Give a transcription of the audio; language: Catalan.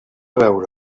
veure